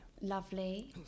Lovely